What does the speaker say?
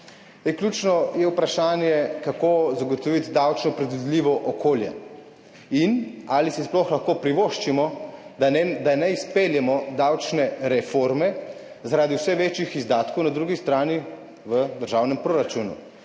Ključno je vprašanje, kako zagotoviti davčno predvidljivo okolje, in ali si sploh lahko privoščimo, da ne izpeljemo davčne reforme zaradi vse večjih izdatkov na drugi strani v državnem proračunu.